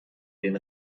den